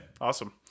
awesome